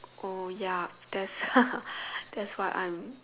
oh ya that's that's why I'm